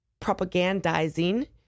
propagandizing